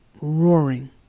roaring